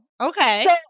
okay